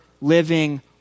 living